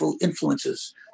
influences